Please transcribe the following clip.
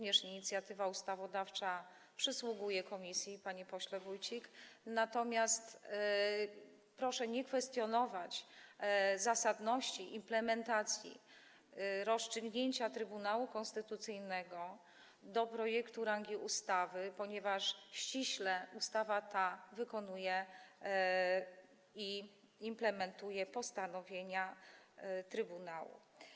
Inicjatywa ustawodawcza również przysługuje komisji, panie pośle Wójcik, natomiast proszę nie kwestionować zasadności implementacji rozstrzygnięcia Trybunału Konstytucyjnego do projektu rangi ustawy, ponieważ ustawa ta ściśle wykonuje i implementuje postanowienia trybunału.